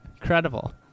incredible